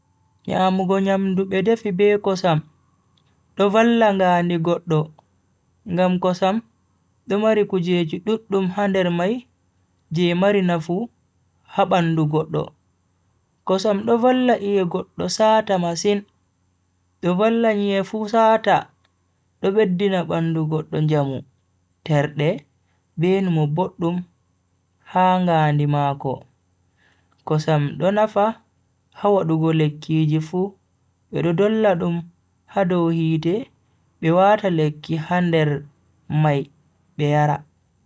Nyamugo nyamdu be defi be kosam do valla ngaandi goddo ngam kosam do mari kujeji duddum ha nder mai je mari nafu ha bandu goddo. kosam do valla iye goddo saata masin, do valla nyi'e fu saata do beddina bandu goddo njamu, terde, be numo boddum ha ngaandi mako. kosam do nafa ha wadugo lekkiji fu bedo dolla dum ha dow hite be wata lekki ha nder mai be yara.